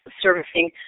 servicing